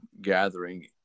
gathering